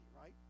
right